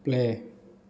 play